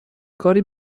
کاری